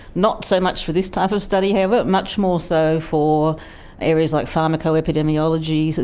not so much for this type of study however, much more so for areas like pharmaco-epidemiology, so